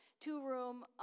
two-room